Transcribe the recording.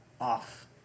off